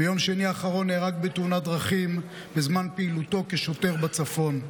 ביום שני האחרון נהרג בתאונת דרכים בזמן פעילותו כשוטר בצפון.